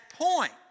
point